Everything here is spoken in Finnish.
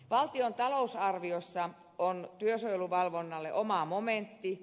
valtion talousarviossa on työsuojeluvalvonnalle oma momenttinsa